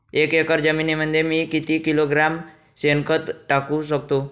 एक एकर जमिनीमध्ये मी किती किलोग्रॅम शेणखत टाकू शकतो?